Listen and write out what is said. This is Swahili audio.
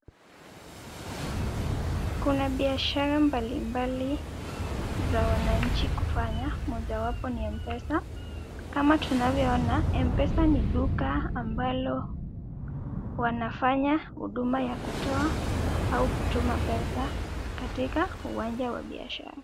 Kuna biashara mbalimbali za wananchi kufanya, mojawapo ni M-Pesa. Kama tunavyoona, M-Pesa ni duka ambalo wanafanya huduma ya kutoa au kutuma pesa katika uwanja wa biashara.